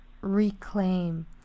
reclaim